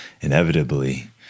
inevitably